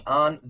on